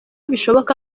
bishoboka